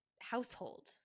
household